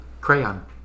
Crayon